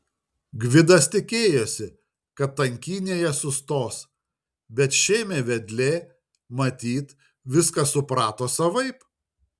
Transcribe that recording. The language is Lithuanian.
gvidas tikėjosi kad tankynėje sustos bet šėmė vedlė matyt viską suprato savaip